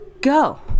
Go